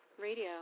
Radio